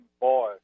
Boy